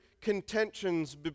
contentions